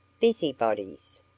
Busybodies